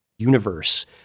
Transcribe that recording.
universe